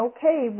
Okay